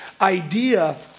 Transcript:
idea